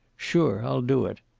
sure i'll do it.